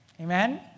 Amen